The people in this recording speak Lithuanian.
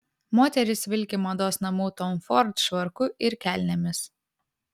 moteris vilki mados namų tom ford švarku ir kelnėmis